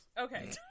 okay